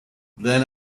then